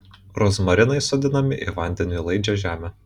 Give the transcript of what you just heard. rozmarinai sodinami į vandeniui laidžią žemę